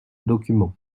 document